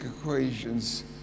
equations